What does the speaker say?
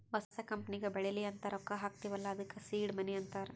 ಹೊಸ ಕಂಪನಿಗ ಬೆಳಿಲಿ ಅಂತ್ ರೊಕ್ಕಾ ಹಾಕ್ತೀವ್ ಅಲ್ಲಾ ಅದ್ದುಕ ಸೀಡ್ ಮನಿ ಅಂತಾರ